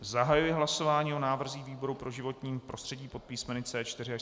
Zahajuji hlasování o návrzích výboru pro životní prostředí pod písmeny C4 až C6.